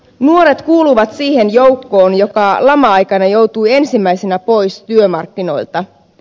nuoret kuuluvat siihen joukkoon joka lama aikana joutui ensimmäisenä pois työmarkkinoilta